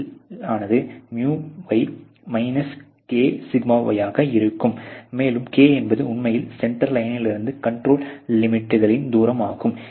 LCL ஆனது µy minus k σy ஆக இருக்கும் மேலும் k என்பது உண்மையில் சென்டர் லைனிலிருந்து கண்ட்ரோல் லிமிட்களின் தூரமாகும்